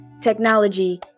technology